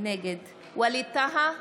נגד ווליד טאהא,